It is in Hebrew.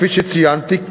כפי שציינתי,